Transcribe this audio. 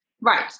Right